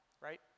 right